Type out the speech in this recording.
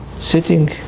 sitting